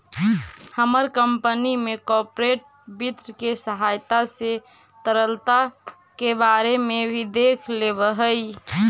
हमर कंपनी भी कॉर्पोरेट वित्त के सहायता से तरलता के बारे में भी देख लेब हई